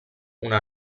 una